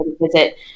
visit